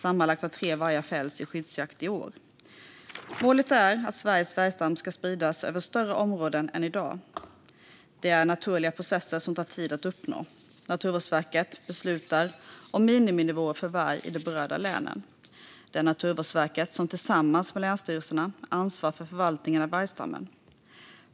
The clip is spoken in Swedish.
Sammanlagt har tre vargar fällts i skyddsjakt i år. Målet är att Sveriges vargstam ska spridas över större områden än i dag. Det är naturliga processer som tar tid att uppnå. Naturvårdverket beslutar om miniminivåer för varg i de berörda länen. Det är Naturvårdsverket som tillsammans med länsstyrelserna ansvarar för förvaltningen av vargstammen.